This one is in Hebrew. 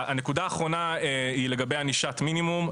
אני מסיים בנקודה אחרונה, ענישת מינימום.